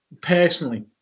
personally